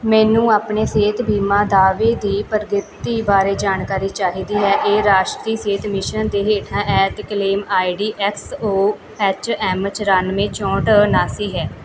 ਮੈਨੂੰ ਆਪਣੇ ਸਿਹਤ ਬੀਮਾ ਦਾਅਵੇ ਦੀ ਪ੍ਰਗਤੀ ਬਾਰੇ ਜਾਣਕਾਰੀ ਚਾਹੀਦੀ ਹੈ ਇਹ ਰਾਸ਼ਟਰੀ ਸਿਹਤ ਮਿਸ਼ਨ ਦੇ ਹੇਠਾਂ ਹੈ ਅਤੇ claim ID X O H M ਚੁਰਾਨਵੇਂ ਚੌਂਹਠ ਉਨਾਸੀ ਹੈ